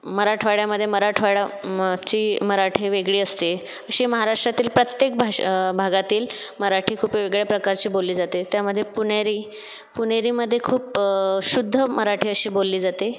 मराठवाड्यामध्ये मराठवाडा म ची मराठी वेगळी असते अशी महाराष्ट्रातील प्रत्येक भाषा भागातील मराठी खूप वेगळ्या प्रकारची बोलली जाते त्यामध्ये पुणेरी पुणेरीमध्ये खूप शुद्ध मराठी अशी बोलली जाते